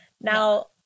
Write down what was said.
Now